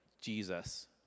Jesus